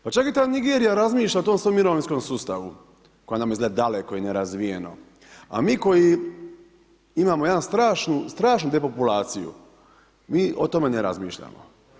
Pa čak i ta Nigerija razmišlja o tom svom mirovinskom sustavu koje nam izgleda daleko i nerazvijeno a mi koji imamo jednu strašnu depopulaciju mi o tome ne razmišljamo.